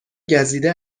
گزیده